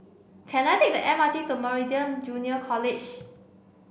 can I take the M R T to Meridian Junior College